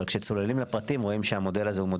אבל כשצוללים לפרטים רואים שהמודל הזה מאוד